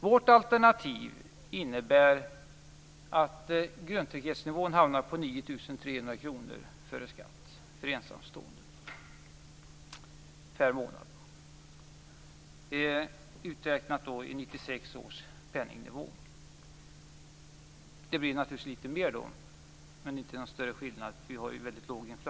Vårt alternativ innebär att grundtrygghetsnivån hamnar på 9 300 kr per månad före skatt för ensamstående - uträknat i 1996 års penningnivå. Det blir naturligtvis litet mer, men inte någon större skillnad. Inflationen är låg.